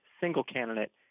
single-candidate